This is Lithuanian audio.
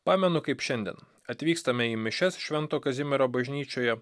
pamenu kaip šiandien atvykstame į mišias švento kazimiero bažnyčioje